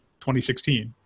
2016